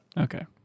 Okay